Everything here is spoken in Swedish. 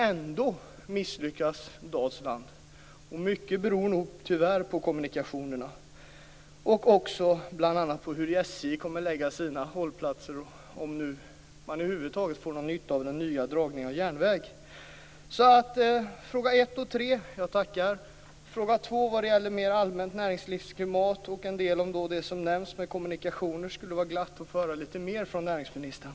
Ändå misslyckas Dalsland. Mycket beror nog tyvärr på kommunikationerna och bl.a. på hur SJ kommer att lägga sina hållplatser, om man nu över huvud taget får någon nytta av den nya dragningen av järnvägen. När det gäller frågorna ett och tre tackar jag för svaret. När det gäller fråga två om mer allmänt näringslivsklimat och en del av det som nämns om kommunikationer skulle det vara glatt att få höra lite mer från näringsministern.